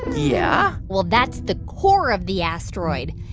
yeah well, that's the core of the asteroid.